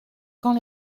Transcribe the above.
quand